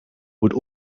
would